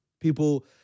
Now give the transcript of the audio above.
people